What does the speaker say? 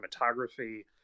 Cinematography